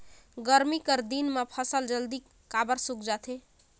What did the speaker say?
गरमी कर दिन म फसल जल्दी काबर सूख जाथे?